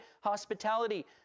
hospitality